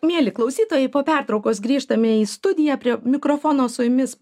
mieli klausytojai po pertraukos grįžtame į studiją prie mikrofono su jumis